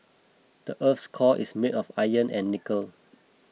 the earth's core is made of iron and nickel